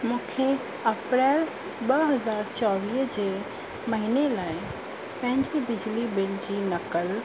मूंखे अप्रैल ॿ हज़ार चोवीह जे महिने लाइ पंहिंजे बिजली बिल जी नक़ल